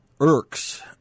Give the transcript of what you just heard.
irks